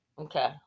Okay